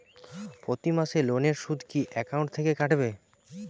প্রতি মাসে লোনের সুদ কি একাউন্ট থেকে কাটবে?